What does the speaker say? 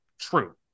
true